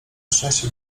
szczęście